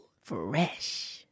Fresh